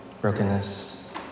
Brokenness